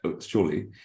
surely